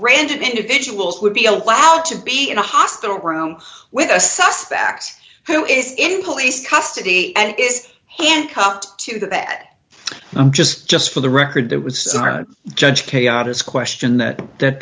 random individuals would be allowed to be in a hospital room with a suspect who is in police custody and is handcuffed to that i'm just just for the record it was judge chaotic question that